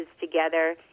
together